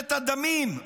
ממשלת הדמים,